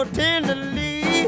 tenderly